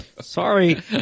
Sorry